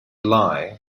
lie